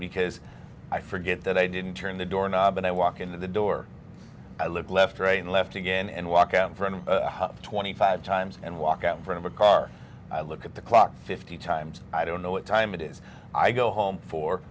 because i forget that i didn't turn the door knob and i walk in the door i look left right and left again and walk out in front of twenty five times and walk out in front of a car i look at the clock fifty times i don't know what time it is i go home four